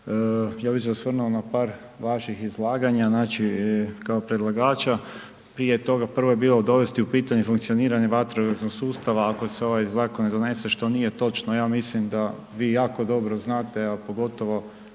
ja bi se osvrnuo na par vaših izlaganja znači kao predlagača. Prije toga, prvo je bilo dovesti u pitanje funkcioniranje vatrogasnog sustava ako se ovaj zakon ne donese, što nije točno. Ja mislim da vi jako dobro znate, a pogotovo